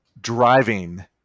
driving